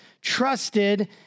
trusted